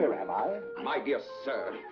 where am i? my dear sir!